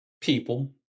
People